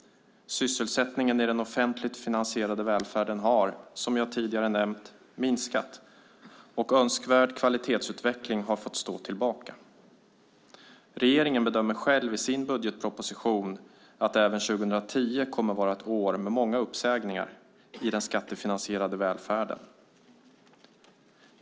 Sysselsättningen i den offentligt finansierade välfärden har som jag tidigare nämnt minskat, och önskvärd kvalitetsutveckling har fått stå tillbaka. Regeringen bedömer själv i sin budgetproposition att även 2010 kommer att vara ett år med många uppsägningar i den skattefinansierade välfärden.